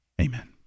Amen